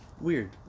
Weird